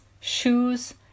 shoes